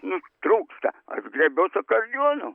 nu trūksta aš griebiuos akardeono